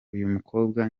uyumukobwa